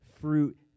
fruit